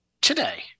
today